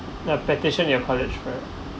the petition your college run